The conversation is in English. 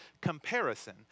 comparison